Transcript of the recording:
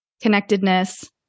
connectedness